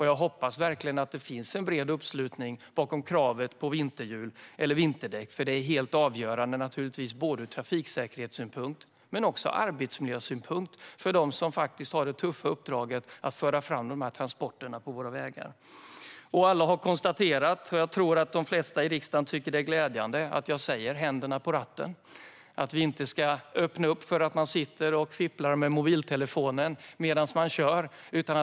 Jag hoppas verkligen att det finns en bred uppslutning bakom kravet på vinterdäck. Detta är naturligtvis helt avgörande ur både trafiksäkerhetssynpunkt och arbetsmiljösynpunkt för dem som har det tuffa uppdraget att föra fram dessa transporter på vägarna. Alla har konstaterat och jag tror att de flesta i riksdagen tycker att det är glädjande att jag säger "händerna på ratten". Vi ska inte öppna för att man får sitta och fippla med mobiltelefonen medan man kör.